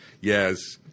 Yes